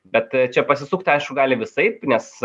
bet čia pasisukti aišku gali visaip nes